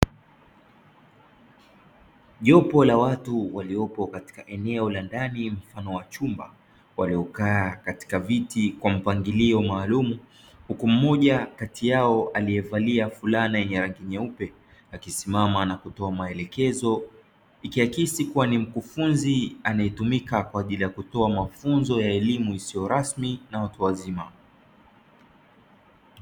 Jopo la watu waliopo katika eneo la ndani mfano wa chumba waliokaa katika viti kwa mpangilio maalumu, huku mmoja kati yao aliyevalia fulana yenye rangi nyeupe akisimama na kutoa maelekezo; ikiakisi kuwa ni mkufunzi anayetumika kwa ajili ya kutoa mafunzo ya elimu isiyo rasmi na watu wazima.